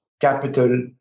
Capital